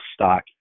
stock